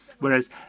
Whereas